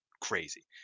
crazy